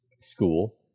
school